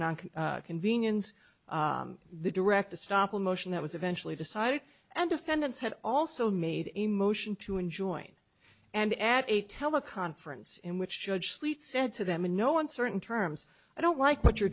non convenience the direct the stop motion that was eventually decided and defendants had also made a motion to enjoin and add a teleconference in which judge fleet said to them in no uncertain terms i don't like what you're